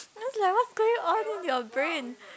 and I was like what's going on with your brain